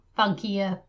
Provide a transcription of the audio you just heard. funkier